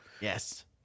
Yes